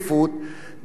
גם לבעיות.